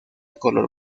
color